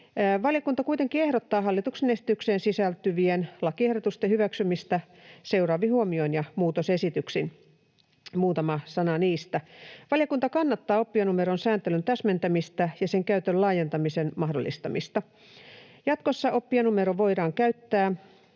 Valiokunta kuitenkin ehdottaa hallituksen esitykseen sisältyvien lakiehdotusten hyväksymistä seuraavin huomioin ja muutosesityksin, eli muutama sana niistä: Valiokunta kannattaa oppijanumeron sääntelyn täsmentämistä ja sen käytön laajentamisen mahdollistamista. Jatkossa oppijanumeroa voidaan käyttää